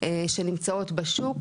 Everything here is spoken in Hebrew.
שנמצאות בשוק.